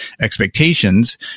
expectations